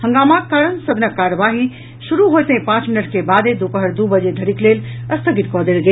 हंगामाक कारण सदनक कार्यवाही शुरू होइतहि पांच मिनट के बादे दूपहर दू बजे धरिक लेल स्थगित कऽ देल गेल